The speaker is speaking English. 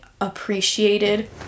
appreciated